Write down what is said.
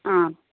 ആ